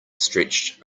stretched